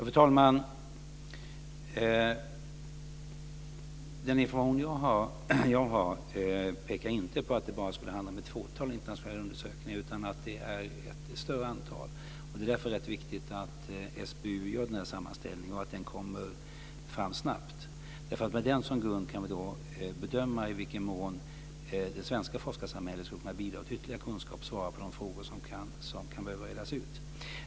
Fru talman! Den information som jag har pekar inte på att det bara skulle handla om ett fåtal internationella undersökningar, utan det är ett större antal. Det är därför rätt viktigt att SBU gör den här sammanställningen och att den kommer fram snabbt. Med den som grund kan vi bedöma i vilken mån det svenska forskarsamhället skulle kunna bidra till ytterligare kunskaper och svara på de frågor som kan behöva redas ut.